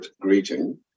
greeting